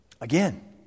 Again